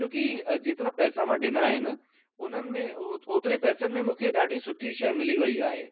छो की जेतिरा पैसा मां ॾिना आहिनि उन्हनि में ओतिरे पैसनि में मूंखे ॾाढी सुठी शइ मिली वई आहे